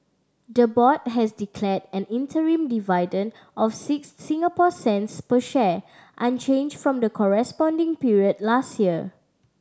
the board has declared an interim dividend of six Singapore cents per share unchanged from the corresponding period last year